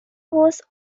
was